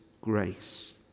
grace